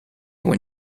when